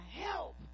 help